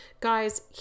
Guys